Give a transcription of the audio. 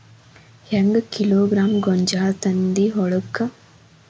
ಹೆಂಗ್ ಕಿಲೋಗ್ರಾಂ ಗೋಂಜಾಳ ತಂದಿ ಹೊಲಕ್ಕ?